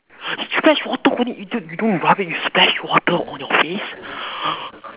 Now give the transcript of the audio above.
you splash water on you don't you don't rub it you splash water on your face